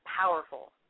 powerful